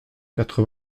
quatre